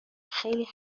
خیلی